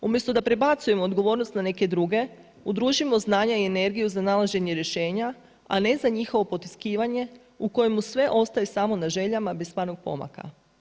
Umjesto da prebacujemo odgovornost na neke druge, udružimo znanje i energiju za nalaženje rješenja a ne za njihovu potiskivanje u kojemu sve ostaje samo na željama bez stvarnog pomaka.